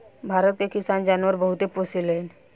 भारत के किसान जानवर बहुते पोसेलन